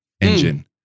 engine